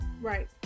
right